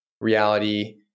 reality